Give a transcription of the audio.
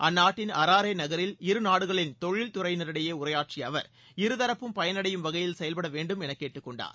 அந்நாட்டின் அராரே நகரில் இருநாடுகளின் தொழில் துறையினரிடையே உரையாற்றிய அவர் இருதரப்பும் பயனடையும் வகையில் செயல்படவேண்டும் என்று கேட்டுக்கொண்டார்